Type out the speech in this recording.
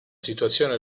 situazione